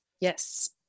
Yes